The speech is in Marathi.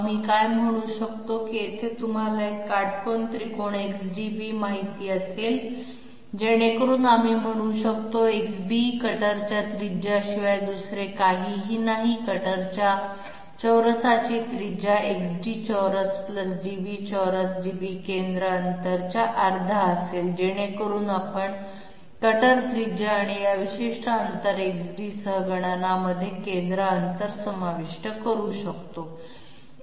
आम्ही काय म्हणू शकतो की येथे तुम्हाला एक काटकोन त्रिकोण XDB माहित असेल जेणेकरून आम्ही म्हणू शकतो XB कटरच्या त्रिज्याशिवाय दुसरे काहीही नाही कटरच्या चौरसाची त्रिज्या XD चौरस DB चौरस DB केंद्र अंतर च्या अर्धा असेल जेणेकरुन आपण कटर त्रिज्या आणि या विशिष्ट अंतर XD सह गणनामध्ये केंद्र अंतर समाविष्ट करू शकतो